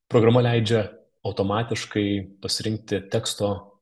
programa leidžia automatiškai pasirinkti teksto